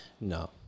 No